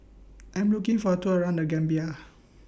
I Am looking For A Tour around The Gambia